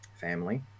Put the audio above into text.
family